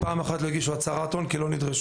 ופעם אחת הם לא הגישו הצהרת הון כי הם לא נדרשו.